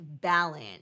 balance